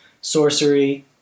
Sorcery